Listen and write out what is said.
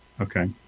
Okay